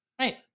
right